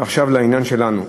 ועכשיו לעניין שלנו.